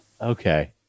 Okay